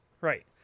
right